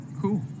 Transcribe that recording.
Cool